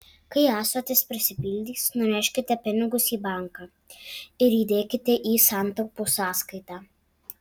kai ąsotis prisipildys nuneškite pinigus į banką ir įdėkite į santaupų sąskaitą